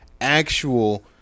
actual